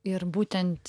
ir būtent